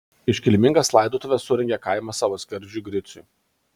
iškilmingas laidotuves surengė kaimas savo skerdžiui griciui